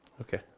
Okay